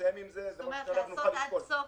זה משהו שנוכל לבחון.